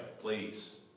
please